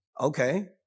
okay